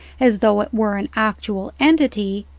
as though it were an actual entity,